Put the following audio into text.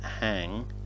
Hang